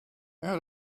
how